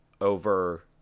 over